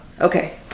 okay